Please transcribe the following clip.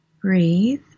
Breathe